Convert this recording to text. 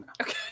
okay